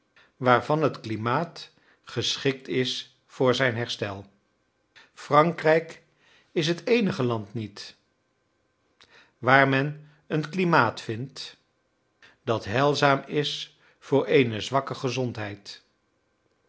waarvan het klimaat geschikt is voor zijn herstel frankrijk is het eenige land niet waar men een klimaat vindt dat heilzaam is voor eene zwakke gezondheid